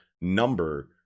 number